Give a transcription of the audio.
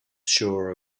shore